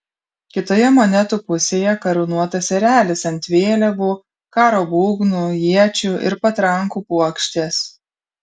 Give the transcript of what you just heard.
kitoje monetų pusėje karūnuotas erelis ant vėliavų karo būgnų iečių ir patrankų puokštės